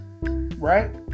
Right